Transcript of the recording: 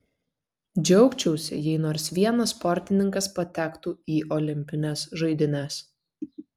džiaugčiausi jei nors vienas sportininkas patektų į olimpines žaidynes